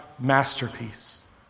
masterpiece